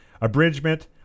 abridgment